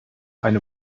eine